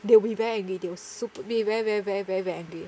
they will be very angry they will super be very very very very angry